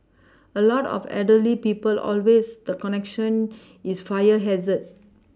a lot of elderly people always the connection is fire hazard